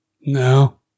No